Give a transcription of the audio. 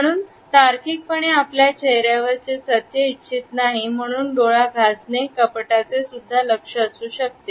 म्हणून तार्किक पणे आपल्या चेहऱ्यावर ते सत्य इच्छित नाही परंतु डोळ्I घासणे कपटाचे सुद्धा लक्ष असू शकते